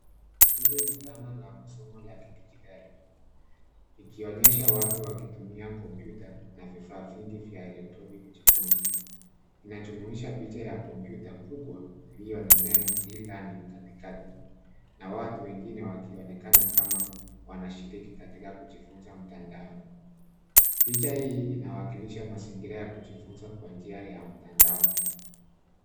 Hii ni thana ya masomo ya kidijitali, ikionyesha watu wakitumia kompyuta na vifaa vingi vya elekroniki kujifunza. Inajumuisha picha ya kompyuta kubwa, iliyo na neno E-learning katikati na watu wengine wakionekana kama wanashiriki katika kujifunza mtandaoni. Picha hii ina wakilisha mazingira ya kujifunza kwa njia ya mtandao.